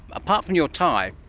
apart from your tie,